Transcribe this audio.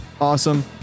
awesome